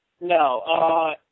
No